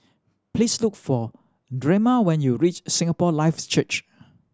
please look for Drema when you reach Singapore Life Church